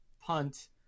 punt